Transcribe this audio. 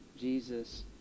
Jesus